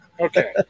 Okay